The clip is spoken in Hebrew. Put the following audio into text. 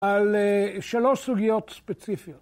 ‫על שלוש סוגיות ספציפיות.